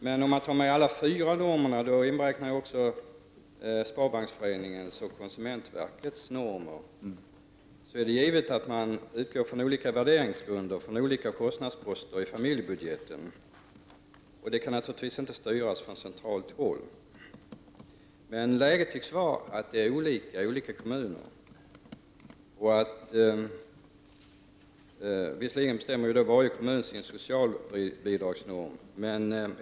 Men om man ser till alla fyra normerna, och då inberäknar jag också Sparbanksföreningens och konsumentverkets normer, är det givet att man utgår ifrån olika värderingsgrunder och olika kostnadsposter i familjebudgeten. Det kan naturligtvis inte styras från centralt håll. Men läget tycks vara att normen är olika i olika kommuner. Visserligen bestämmer varje kommun sin socialbidragsnorm.